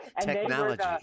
Technology